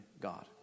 God